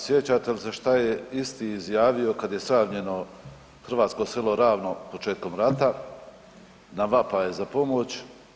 Sjećate li se šta je isti izjavio kada je sravnjeno hrvatsko selo Ravno početkom rata na vapaje za pomoć.